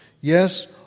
Yes